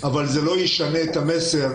אבל זה לא משנה את המסר,